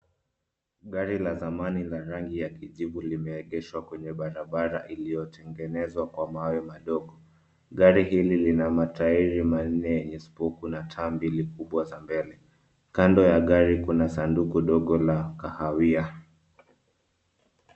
Gari la zamani la rangi ya kijivu limeegeshwa kwenye barabara iliyotengenezwa kwa mawe madogo. Gari hili lina matairi manne yenye spoku na taa mbili kubwa za mbele. Kando ya gari kuna sanduku dogo la kahawia.